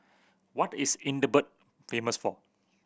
what is Edinburgh famous for